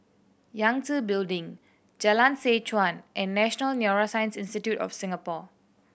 Yangtze Building Jalan Seh Chuan and National Neuroscience Institute of Singapore